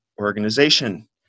organization